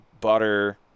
butter